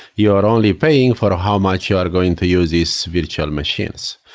you are only paying for how much you are going to use these virtual machines.